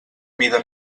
mida